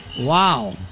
wow